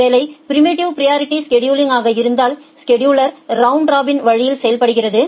ஒருவேளை preemptive priority scheduling ஆக இருந்தால் ஸெடுலா் ரவுண்ட் ராபின் வழியில் செயல்படுகிறது